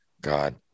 God